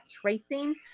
tracing